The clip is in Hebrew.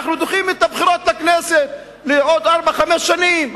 אנחנו דוחים את הבחירות לכנסת לעוד ארבע-חמש שנים,